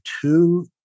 two